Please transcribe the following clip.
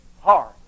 hard